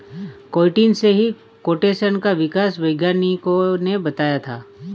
chitin से ही chitosan का विकास वैज्ञानिकों ने बताया है